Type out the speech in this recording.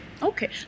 Okay